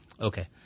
Okay